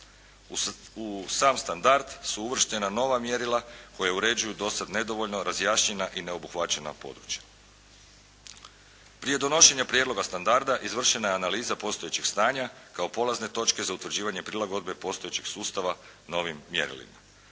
U sam standard su uvrštena nova mjerila koja uređuju do sada nedovoljno razjašnjena i neobuhvaćena područja. Prije donošenja prijedloga standarda izvršena je analiza postojećeg stanja kao polazne točke za utvrđivanje prilagodbe postojećeg sustava novim mjerilima.